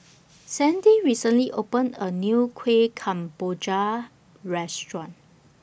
Sandy recently opened A New Kuih Kemboja Restaurant